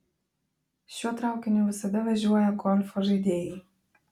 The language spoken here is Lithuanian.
šiuo traukiniu visada važiuoja golfo žaidėjai